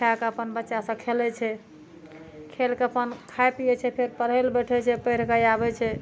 खए कए अपन बच्चा सब खेलै छै खेल कए अपन खाइ पीयै छै फेर पढ़ै लए बैठै छै पैढ़ कऽ आबै छै